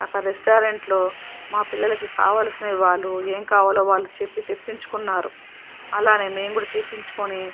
అక్కడ రెస్టారెంట్లో మా పిల్లలకి కావాల్సినవి వాళ్లు ఏమి కావాలో వాళ్లు చెప్పి తెప్పించుకున్నారు అలానే మేము కూడా తెప్పించుకొని